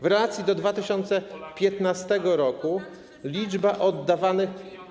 W relacji do 2015 r. liczba oddawanych.